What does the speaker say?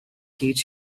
teach